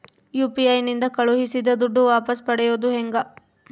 UPI ನಿಂದ ಕಳುಹಿಸಿದ ದುಡ್ಡು ವಾಪಸ್ ಪಡೆಯೋದು ಹೆಂಗ?